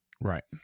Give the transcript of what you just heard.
Right